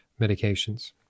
medications